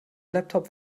laptop